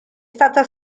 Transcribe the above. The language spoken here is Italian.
stata